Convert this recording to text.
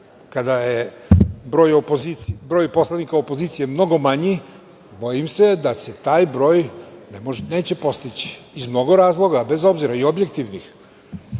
kada je broj poslanika opozicije mnogo manji, bojim se da se taj broj neće postići iz mnogo razloga, bez obzira i objektivnih,